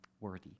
worthy